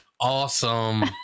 Awesome